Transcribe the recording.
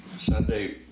Sunday